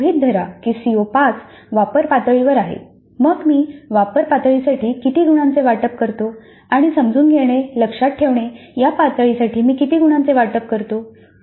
आता गृहित धरा की सीओ 5 वापर पातळीवर आहे मग मी वापर पातळीसाठी किती गुणांचे वाटप करतो आणि समजून घेणे व लक्षात ठेवणे या पातळी साठी मी किती गुणांचे वाटप करतो